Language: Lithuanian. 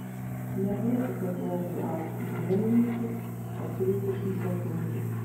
neduokite blogiui augti nė minutės ar trisdešimt sekundžių